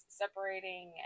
separating